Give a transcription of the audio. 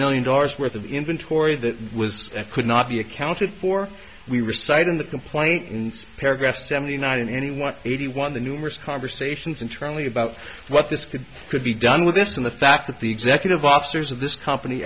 million dollars worth of inventory that was and could not be accounted for we recite in the complaint in paragraph seventy nine and any one eighty one the numerous conversations internally about what this could could be done with this and the fact that the executive officers of this company